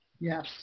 Yes